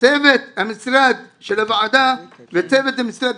צוות המשרד של הוועדה וצוות המשרד,